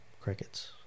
crickets